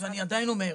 אני עדיין אומר,